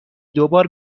دوبار